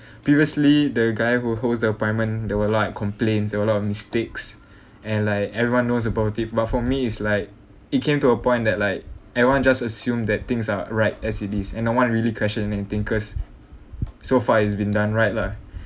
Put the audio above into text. previously the guy who holds the appointment there were lot of complains there were lot of mistakes and like everyone knows about it but for me is like it came to a point that like everyone just assume that things are right as it is in no one really question anything cause so far it's been done right lah